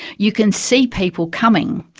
you can see people coming,